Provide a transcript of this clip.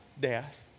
death